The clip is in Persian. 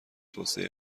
توسعه